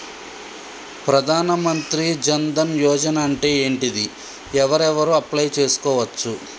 ప్రధాన మంత్రి జన్ ధన్ యోజన అంటే ఏంటిది? ఎవరెవరు అప్లయ్ చేస్కోవచ్చు?